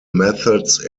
methods